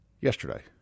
yesterday